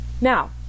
Now